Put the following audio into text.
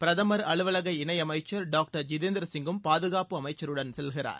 பிரதமா் அலுவலக இணை அமைச்சா் டாக்டர் ஜிதேந்திர சிங்கும் பாதுகாப்பு அமைச்சருடன் செல்கிறார்